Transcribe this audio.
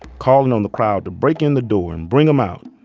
calling on the crowd to break in the door and bring them out,